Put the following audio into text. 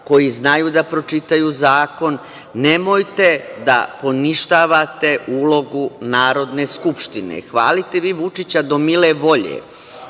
koji znaju da pročitaju zakon, nemojte da poništavate ulogu Narodne skupštine. Hvalite vi Vučića do mile volje,